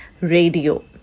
radio